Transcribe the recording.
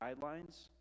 guidelines